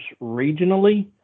regionally